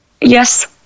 Yes